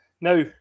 Now